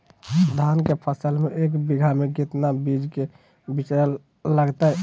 धान के फसल में एक बीघा में कितना बीज के बिचड़ा लगतय?